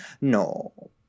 no